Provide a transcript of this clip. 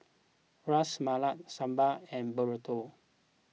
Ras Malai Sambar and Burrito